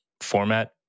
format